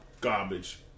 garbage